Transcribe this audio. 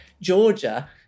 Georgia